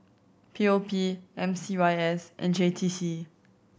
P O P M C Y S and J T C